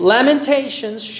Lamentations